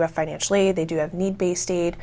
have financially they do need based aid